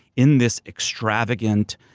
in this extravagant